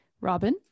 Robin